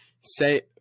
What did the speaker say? say